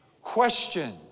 Question